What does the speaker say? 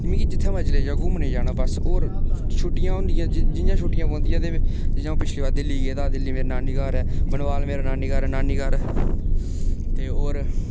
मिगी जित्थै मर्जी लेई जाओ घुम्मने ई जाना बस होर छुट्टियां होंदियां जि'यां छुट्टियां पौंदियां ते जि'यां अ'ऊं पिछली बार दिल्ली गेदा दिल्ली मेरा नानी घर ऐ मनवाल मेरा नानी घर ऐ नानी घर ते होर